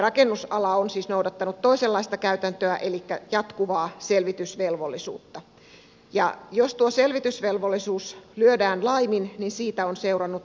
rakennusala on siis noudattanut toisenlaista käytäntöä elikkä jatkuvaa selvitysvelvollisuutta ja jos tuo selvitysvelvollisuus lyödään laimin niin siitä on seurannut sanktio